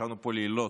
ישבנו פה לילות